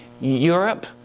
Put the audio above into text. Europe